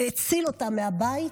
הציל אותם מהבית,